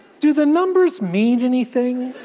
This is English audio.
do the numbers mean anything?